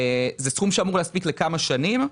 זה סכום שאמור להספיק לכמה שנים.